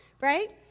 right